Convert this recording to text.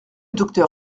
docteur